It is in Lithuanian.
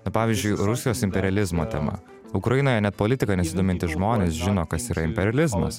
na pavyzdžiui rusijos imperializmo tema ukrainoje net politika nesidomintys žmonės žino kas yra imperializmas ir